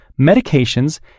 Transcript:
medications